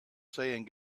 saying